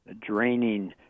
draining